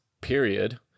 period